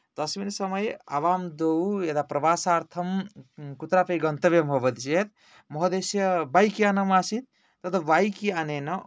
तस्मिन् समये आवां द्वौ यदा प्रवासार्थं कुत्रापि गन्तव्यं भवति चेद् महोदयस्य बैक् यानम् आसीत् तदा बैक् यानेन